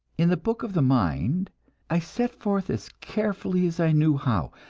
in the book of the mind i set forth as carefully as i knew how,